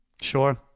Sure